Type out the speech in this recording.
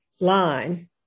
line